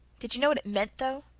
did you know what it meant, though?